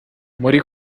muri